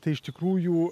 tai iš tikrųjų